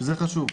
שזה מאוד חשוב.